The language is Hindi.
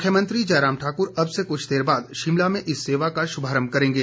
मुख्यमंत्री जयराम ठाक्र अब से कुछ देर बाद शिमला में इस सेवा का शुभारम्भ करेंगे